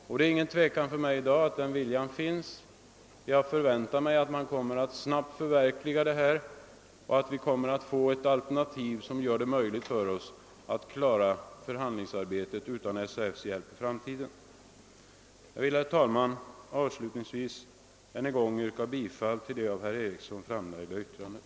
Det råder ingen tvekan hos mig i dag om att den viljan finns. Jag förväntar mig att man snart kommer att förverkliga detta och att vi kommer att få ett alternativ som gör det möjligt för oss att i framtiden klara förhandlingsarbetet utan SAF:s hjälp. Herr talman! Jag vill avslutningsvis än en gång instämma i det av herr Ericson i Örebro framförda yrkandet.